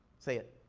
say it.